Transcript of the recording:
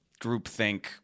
groupthink